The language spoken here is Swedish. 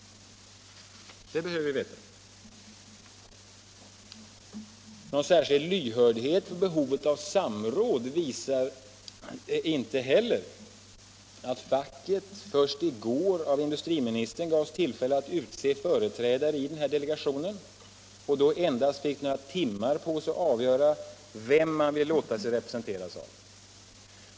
Någon särskild lyhördhet för behovet av samråd visar det inte heller att facket först i går av industriministern gavs tillfälle att utse företrädare i delegationen och då endast fick några timmar på sig att avgöra vem man ville låta sig representeras av.